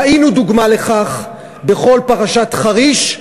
ראינו דוגמה לכך בכל פרשת חריש,